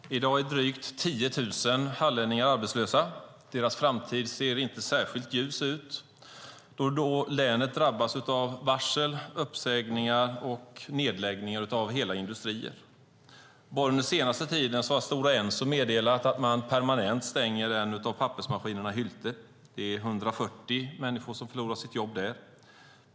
Herr talman! I dag är drygt 10 000 hallänningar arbetslösa. Deras framtid ser inte särskilt ljus ut då länet drabbas av varsel, uppsägningar och nedläggningar av hela industrier. Bara under den senaste tiden har Stora Enso meddelat att man permanent stänger en av pappersmaskinerna i Hylte. Det är 140 människor som förlorar sitt jobb där.